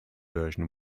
version